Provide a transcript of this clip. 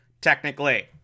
technically